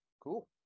Cool